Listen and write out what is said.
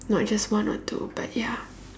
not just one or two but ya